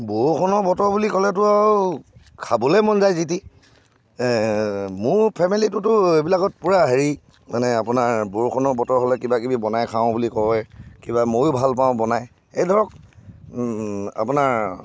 বৰষুণৰ বতৰ বুলি ক'লেতো আৰু খাবলৈ মন যায় যিটি মোৰ ফেমেলিটোতো এইবিলাকত পূৰা হেৰি মানে আপোনাৰ বৰষুণৰ বতৰ হ'লে কিবা কিবি বনাই খাওঁ বুলি কয় কিবা মইয়ো ভাল পাওঁ বনাই এইবিলাকক আপোনাৰ